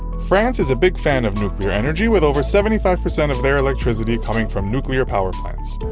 france is a big fan of nuclear energy, with over seventy five percent of their electricity coming from nuclear power plants.